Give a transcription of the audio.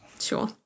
sure